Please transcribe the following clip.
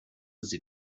sie